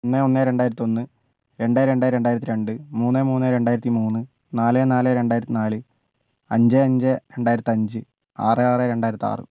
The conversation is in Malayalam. ഒന്ന് ഒന്ന് രണ്ടായിരത്തിയൊന്ന് രണ്ട് രണ്ട് രണ്ടായിരത്തിരണ്ട് മൂന്ന് മൂന്ന് രണ്ടായിരത്തിമൂന്ന് നാല് നാല് രണ്ടായിരത്തിനാല് അഞ്ച് അഞ്ച് രണ്ടായിരത്തിയഞ്ച് ആറ് ആറ് രണ്ടായിരത്തിയാറ്